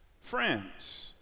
friends